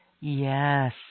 Yes